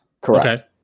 correct